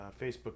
facebook